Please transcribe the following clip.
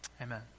amen